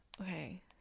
Okay